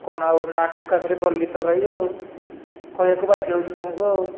କ'ଣ ଆଉ ନା ଠକାମୀରେ ପଡ଼ିଲି ତ ଭାଇ ଆଉ କହିବାକୁ ବାଧ୍ୟ ହେଉଛି ତୁମକୁ ଆଉ